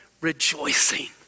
rejoicing